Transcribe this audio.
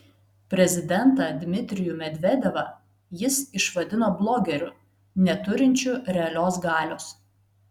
prezidentą dmitrijų medvedevą jis išvadino blogeriu neturinčiu realios galios